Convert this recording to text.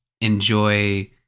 enjoy